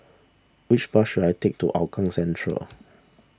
which bus should I take to Hougang Central